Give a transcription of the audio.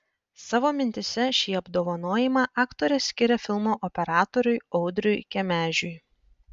savo mintyse šį apdovanojimą aktorė skiria filmo operatoriui audriui kemežiui